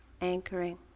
anchoring